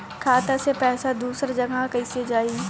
खाता से पैसा दूसर जगह कईसे जाई?